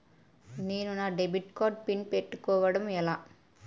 నేను నా debit card PIN పెట్టుకోవడం ఎలా?